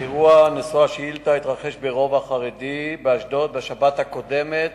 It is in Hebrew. האירוע נשוא השאילתא התרחש ברובע חרדי באשדוד בשבת הקודמת,